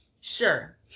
Sure